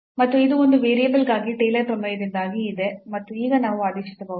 ಮತ್ತು ಇದು ಒಂದು ವೇರಿಯಬಲ್ ಗಾಗಿ ಟೇಲರ್ ಪ್ರಮೇಯದಿಂದಾಗಿ ಇದೆ ಮತ್ತು ಈಗ ನಾವು ಆದೇಶಿಸಬಹುದು